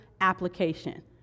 application